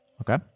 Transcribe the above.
okay